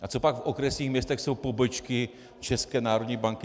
A copak v okresních městech jsou pobočky České národní banky?